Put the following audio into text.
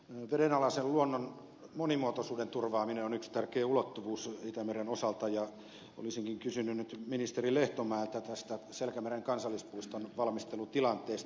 vedenalaisen luonnon monimuotoisuuden turvaaminen on yksi tärkeä ulottuvuus itämeren osalta ja olisinkin kysynyt nyt ministeri lehtomäeltä tästä selkämeren kansallispuiston valmistelutilanteesta